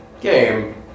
Game